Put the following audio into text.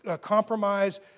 compromise